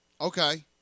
Okay